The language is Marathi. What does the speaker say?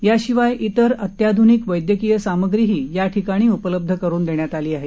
याशिवाय तेर अत्याधुनिक वैद्यकीय सामग्रीही याठिकाणी उपलब्ध करुन देण्यात आली आहे